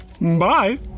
Bye